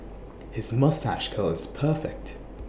his moustache curl is perfect